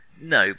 No